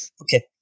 Okay